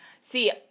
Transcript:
See